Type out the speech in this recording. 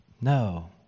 No